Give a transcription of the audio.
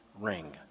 ring